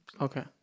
okay